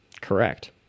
Correct